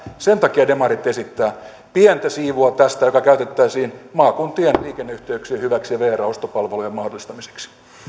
sen takia demarit esittävät että pientä siivua tästä käytettäisiin maakuntien liikenneyhteyksien hyväksi ja vrn ostopalvelujen mahdollistamiseksi